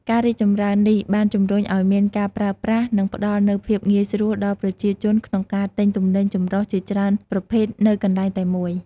ការរីកចម្រើននេះបានជំរុញឲ្យមានការប្រើប្រាស់ ដោយផ្តល់នូវភាពងាយស្រួលដល់ប្រជាជនក្នុងការទិញទំនិញចម្រុះជាច្រើនប្រភេទនៅកន្លែងតែមួយ។